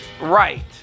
right